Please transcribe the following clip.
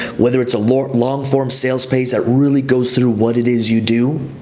whether it's a long long form sales page, that really goes through what it is you do,